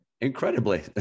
incredibly